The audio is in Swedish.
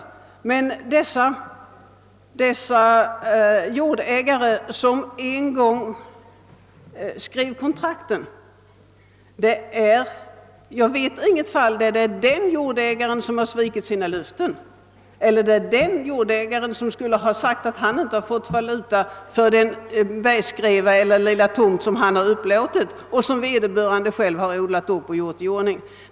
Jag vet inget fall där den jordägare, som en gång skrev kontraktet, skulle ha svikit sina löften eller ha sagt att han inte fått valuta för den bergsskreva eller lilla tomt som han överlåtit och som vederbörande nyttjanderättshavare själv hade odlat upp och gjort i ordning.